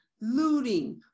looting